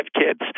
kids